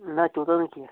نہَ تیٛوٗتاہ نہٕ کیٚنٛہہ